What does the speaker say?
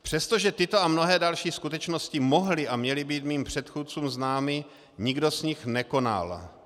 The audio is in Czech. Přestože tyto a mnohé další skutečnosti mohly a měly být mým předchůdcům známy, nikdo z nich nekonal.